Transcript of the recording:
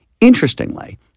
Interestingly